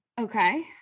okay